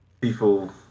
people